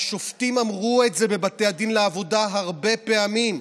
והשופטים בבתי הדין לעבודה אמרו את זה הרבה פעמים: